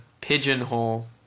pigeonhole